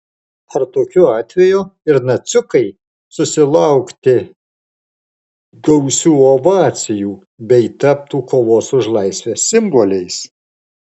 ar tokiu atveju ir naciukai susilaukti gausių ovacijų bei taptų kovos už laisvę simboliais